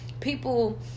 People